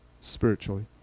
spiritually